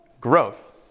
growth